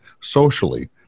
socially